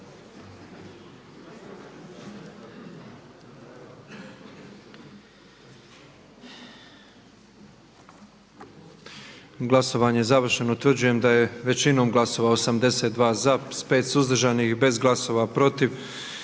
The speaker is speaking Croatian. Glasovanje je završeno.